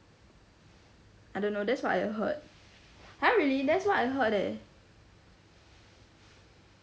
I don't know that's what I heard !huh! really that's what I heard eh